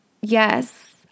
Yes